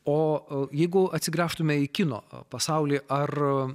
o jeigu atsigręžtume į kino pasaulį ar